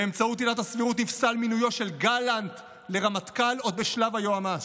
באמצעות עילת הסבירות נפסל מינויו של גלנט לרמטכ"ל עוד בשלב היועמ"ש,